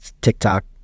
TikTok